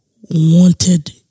wanted